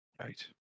Right